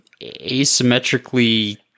asymmetrically